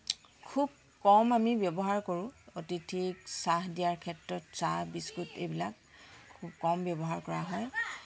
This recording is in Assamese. খুব কম আমি ব্যৱহাৰ কৰোঁ অতিথিক চাহ দিয়াৰ ক্ষেত্ৰত চাহ বিস্কুট এইবিলাক খুব কম ব্যৱহাৰ কৰা হয়